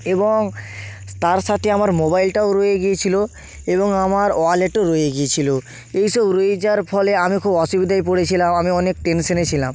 এবং তার সাথে আমার মোবাইলটাও রয়ে গিয়েছিল এবং আমার ওয়ালেটও রয়ে গিয়েছিল এই সব রয়ে যাওয়ার ফলে আমি খুব অসুবিধায় পড়েছিলাম আমি অনেক টেনশানে ছিলাম